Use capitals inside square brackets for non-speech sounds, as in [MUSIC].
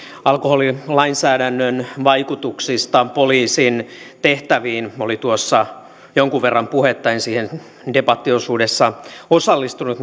alkoholilainsäädännön vaikutuksista poliisin tehtäviin oli tuossa jonkun verran puhetta en siihen debattiosuudessa osallistunut [UNINTELLIGIBLE]